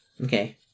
Okay